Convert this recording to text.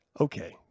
Okay